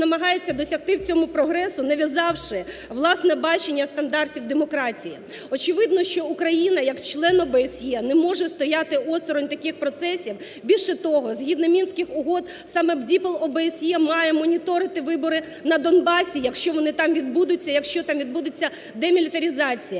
намагається досягти в цьому прогресу, нав'язавши власне бачення стандартів демократії. Очевидно, що України як член ОБСЄ не може стояти осторонь таких процесів. Більше того, згідно Мінських угод саме БДІПЛ ОБСЄ має моніторити вибори на Донбасі, якщо вони там відбудуться, якщо там відбудеться демілітаризація.